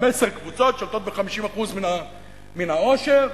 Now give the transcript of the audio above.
15 קבוצות שולטות ב-50% מן העושר,